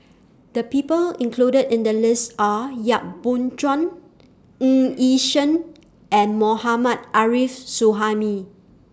The People included in The list Are Yap Boon Chuan Ng Yi Sheng and Mohammad Arif Suhaimi